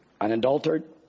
unadulterated